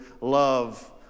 love